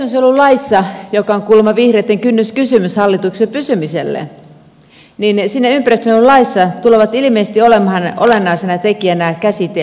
ympäristönsuojelulaissa joka on kuulemma vihreitten kynnyskysymys hallituksessa pysymiselle tulee ilmeisesti olemaan olennaisena tekijänä käsite luontoarvot